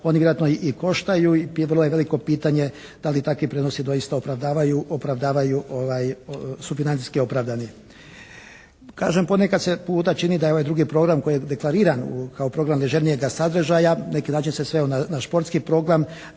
oni vjerojatno i koštaju i vrlo je veliko pitanje da li takvi prijenosi doista opravdavaju, su financijski opravdani. Kažem ponekad se puta čini da je ovaj drugi program koji je deklariran kao program ležernijega sadržaja neki način se sveo na športski program